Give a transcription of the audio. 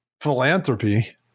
philanthropy